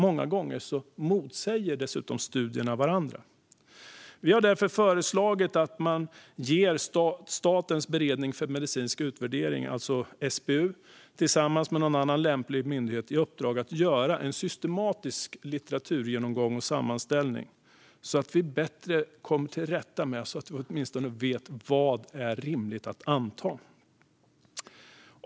Många gånger motsäger dessutom studierna varandra. Vi har därför föreslagit att man ger Statens beredning för medicinsk utvärdering, SBU, tillsammans med någon annan lämplig myndighet i uppdrag att göra en systematisk litteraturgenomgång och sammanställning, så att vi åtminstone vet vad som är rimligt att anta.